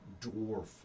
dwarf